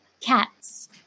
Cats